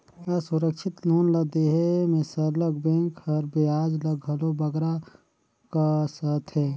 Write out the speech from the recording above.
असुरक्छित लोन ल देहे में सरलग बेंक हर बियाज ल घलो बगरा कसथे